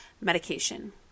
medication